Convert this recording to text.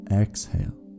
exhale